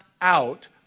out